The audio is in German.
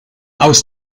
aus